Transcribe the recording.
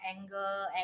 anger